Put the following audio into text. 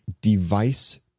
Device